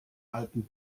alten